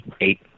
eight